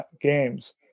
games